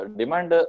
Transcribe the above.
demand